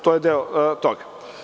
To je deo toga.